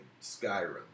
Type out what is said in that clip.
Skyrim